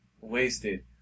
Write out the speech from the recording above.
Wasted